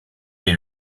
est